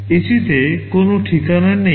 এটিতে কোনও ঠিকানা নেই